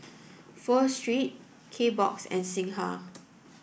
Pho Street Kbox and Singha